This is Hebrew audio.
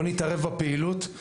לא נתערב בפעילות,